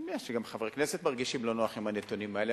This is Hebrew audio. אני מניח שגם חברי כנסת לא מרגישים בנוח עם הנתונים האלה,